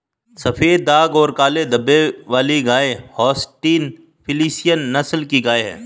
सफेद दाग काले धब्बे वाली गाय होल्सटीन फ्रिसियन नस्ल की गाय हैं